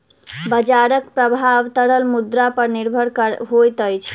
बजारक प्रभाव तरल मुद्रा पर निर्भर होइत अछि